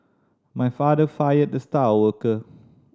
my father fired the star worker